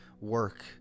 work